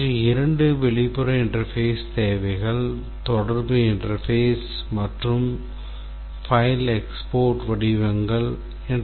மற்ற இரண்டு வெளிப்புற interface தேவைகள் தொடர்பு interface மற்றும் file export வடிவங்கள் interface